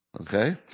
Okay